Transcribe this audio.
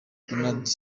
ronaldo